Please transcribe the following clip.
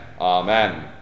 Amen